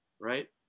right